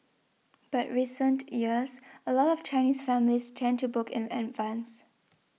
but recent years a lot of Chinese families tend to book in advance